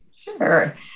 Sure